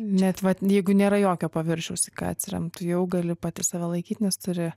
net vat jeigu nėra jokio paviršiaus į ką atsirem jau gali pati save laikyti nes turi